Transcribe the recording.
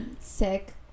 sick